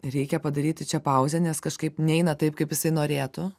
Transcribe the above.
reikia padaryti čia pauzę nes kažkaip neina taip kaip jisai norėtų